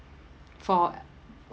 for uh